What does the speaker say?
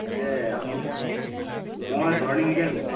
তাকে আপুনি মই ধৰণি শইকীয়াই ক'লোঁ